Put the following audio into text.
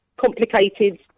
complicated